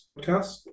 podcast